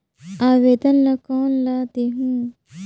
आवेदन ला कोन ला देहुं?